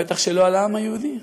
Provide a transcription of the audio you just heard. ובטח שלא על העם היהודי.